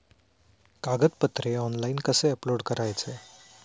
कागदपत्रे ऑनलाइन कसे अपलोड करायचे?